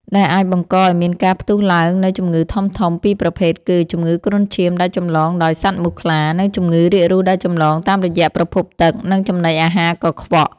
ដែលអាចបង្កឱ្យមានការផ្ទុះឡើងនូវជំងឺធំៗពីរប្រភេទគឺ ជំងឺគ្រុនឈាមដែលចម្លងដោយសត្វមូសខ្លា និងជំងឺរាករូសដែលចម្លងតាមរយៈប្រភពទឹក និងចំណីអាហារកខ្វក់។